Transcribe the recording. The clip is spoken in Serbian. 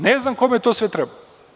Ne znam kome to sve treba.